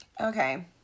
Okay